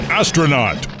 astronaut